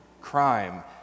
crime